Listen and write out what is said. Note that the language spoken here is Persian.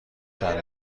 چند